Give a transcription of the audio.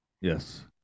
Yes